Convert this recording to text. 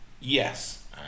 Yes